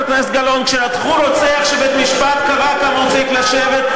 כשלקחו רוצח שבית-המשפט קבע כמה הוא צריך לשבת,